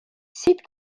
siit